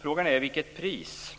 Frågan är vilket pris